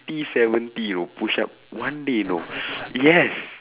~ty seventy you know push up one day you know yes